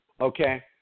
okay